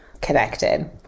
connected